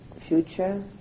future